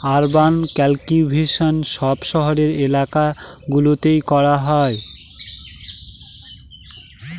urban cultivation সব শহরের এলাকা গুলোতে করা হয়